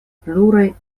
pluraj